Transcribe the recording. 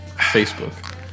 Facebook